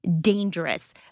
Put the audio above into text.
dangerous